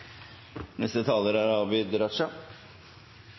Neste taler er